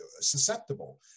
susceptible